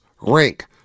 rank